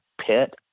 pit